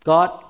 God